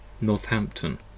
Northampton